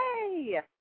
Yay